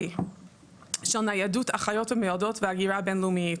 של ניידות אחיות ומיילדות והגירה בינלאומית,